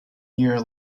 year